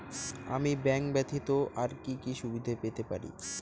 আমি ব্যাংক ব্যথিত আর কি কি সুবিধে পেতে পারি?